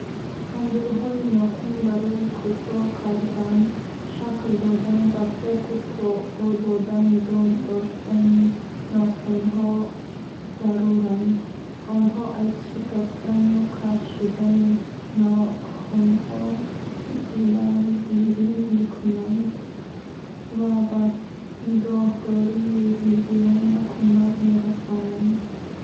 Амбурхои нохун барои кӯтоҳ кардан, шакл додан ва поку озода нигоҳ доштани нохунҳо заруранд. Онҳо аз шикастану каҷ шудани нохунҳо ҷилавгирӣ мекунанд. ва ба нигоҳдории гигиена кӯмак мерасонанд.